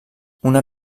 una